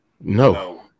No